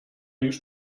już